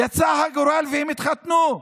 יצא הגורל והם התחתנו,